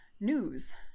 news